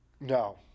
No